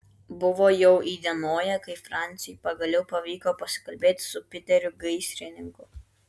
buvo jau įdienoję kai franciui pagaliau pavyko pasikalbėti su piteriu gaisrininku